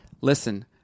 listen